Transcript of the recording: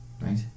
Right